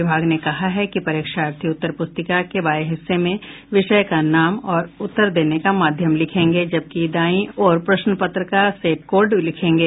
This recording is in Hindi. विभाग ने कहा है कि परीक्षार्थी उत्तर पुस्तिका के बाये हिस्से में विषय का नाम और उत्तर देने का माध्यम लिखेंगे जबकि दायीं ओर प्रश्नपत्र का सेट कोड लिखेंगे